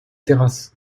terrasses